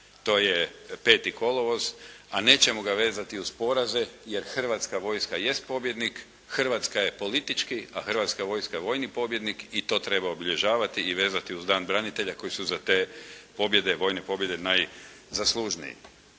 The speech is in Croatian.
To je 5. kolovoz, a nećemo ga vezati uz poraze, jer Hrvatska vojska jest pobjednik, Hrvatska je politički, a Hrvatska vojska vojni pobjednik i to treba obilježavati i vezati uz dan branitelja koji su za te pobjede, vojne pobjede najzaslužniji.